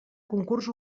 concurs